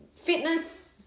fitness